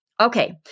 Okay